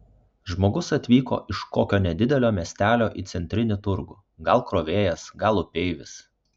žmogus atvyko iš kokio nedidelio miestelio į centrinį turgų gal krovėjas gal upeivis